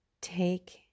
take